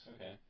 Okay